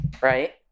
Right